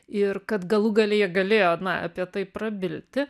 ir kad galų gale jie galėjo na apie tai prabilti